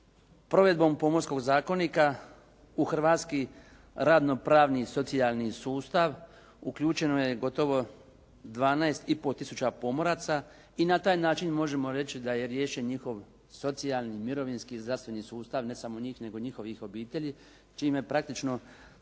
provedbom Pomorskog zakonika u hrvatsko radno pravni socijalni sustav, uključeno je gotovo 12,5 tisuća pomoraca. I na taj način možemo reći da je riješen njihov socijalni i zdravstveni sustav ne samo njih, nego njihovih obitelji, čime praktično ta novela